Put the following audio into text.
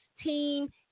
team